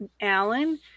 Alan